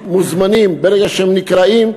מוזמנים, ברגע שהם נקראים,